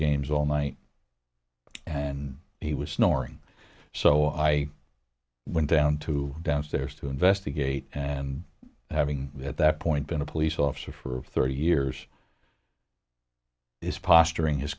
games all night and he was snoring so i went down to downstairs to investigate and having at that point been a police officer for thirty years is posturing his